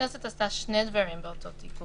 הכנסת עשתה שני דברים באותו תיקון: